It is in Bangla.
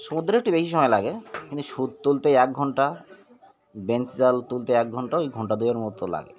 সুমুদ্রে একটু বেশি সময় লাগে কিন্তু সুদ তুলতে এক ঘণ্টা বেঞ্চ জাল তুলতে এক ঘণ্টা ওই ঘণ্টা দুয়ের মতো লাগে